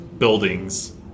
buildings